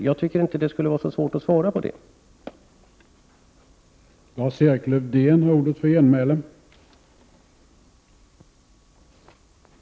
Jag tycker inte att det borde vara så svårt att svara på den frågan.